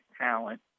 talent